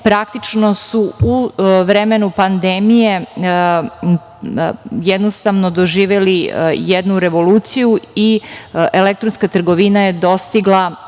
praktično su u vremenu pandemije jednostavno doživeli jednu revoluciju i elektronska trgovina je dostigla